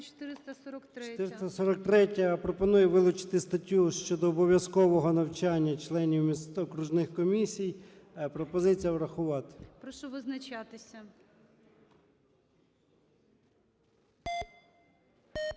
443-я пропонує вилучити статтю щодо обов'язкового навчання членів окружних комісій. Пропозиція врахувати. ГОЛОВУЮЧИЙ. Прошу визначатися.